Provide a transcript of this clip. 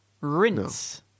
rinse